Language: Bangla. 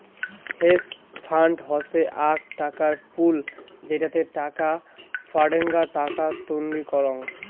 হেজ ফান্ড হসে আক টাকার পুল যেটোতে টাকা বাডেনগ্না টাকা তন্নি করাং